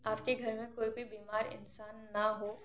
आपकी घर में कोई भी बीमार इंसान ना हो